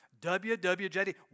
WWJD